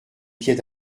pied